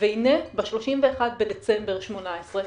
והנה ב-31 בדצמבר 2018,